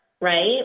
right